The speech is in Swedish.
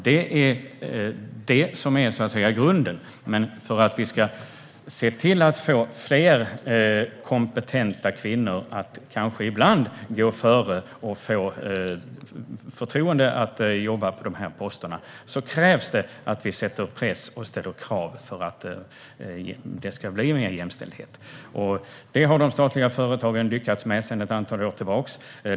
Detta är grunden, men för att vi ska se till att få fler kompetenta kvinnor att kanske ibland gå före och få förtroende att jobba på dessa poster krävs att vi sätter press och ställer krav för ett det ska bli mer jämställdhet. Detta har de statliga företagen lyckats med sedan ett antal år tillbaka.